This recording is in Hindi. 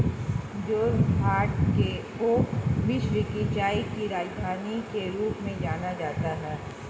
जोरहाट को विश्व की चाय की राजधानी के रूप में जाना जाता है